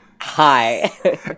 hi